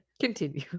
Continue